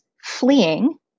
fleeing